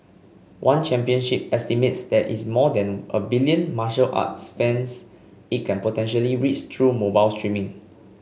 one championship estimates there is more than a billion martial arts fans it can potentially reach through mobile streaming